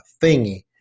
thingy